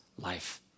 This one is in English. life